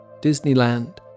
Disneyland